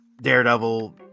Daredevil